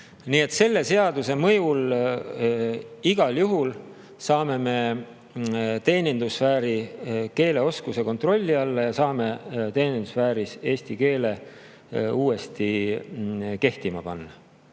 Nii et selle seaduse mõjul igal juhul saame me teenindussfääri keeleoskuse kontrolli alla ja saame teenindussfääris eesti keele uuesti kehtima panna.